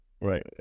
Right